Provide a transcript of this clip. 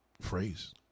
phrase